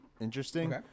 interesting